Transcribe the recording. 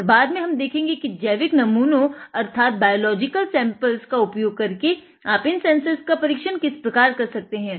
और बाद में हम देखेंगे कि जैविक नमूनों का उपयोग करके आप इन सेन्सर्स का परिक्षण किस प्रकार कर सकते हैं